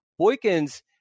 Boykins